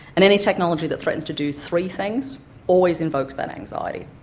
and any technology that threatens to do three things always invokes that anxiety.